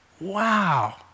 Wow